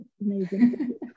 amazing